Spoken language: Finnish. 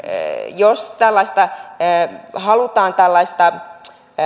jos halutaan tällaista